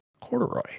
Corduroy